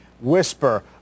whisper